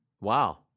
Wow